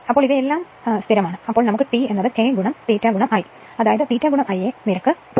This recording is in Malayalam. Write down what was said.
അതിനാൽ നമുക്ക് T K ∅ I അതായത് ∅ Ia നിരക്ക് 0